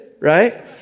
right